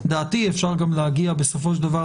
גם העמדה שלנו,